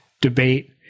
debate